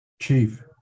Chief